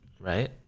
right